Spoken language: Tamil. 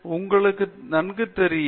எனவே இது உங்களுக்கு நன்கு தெரியும்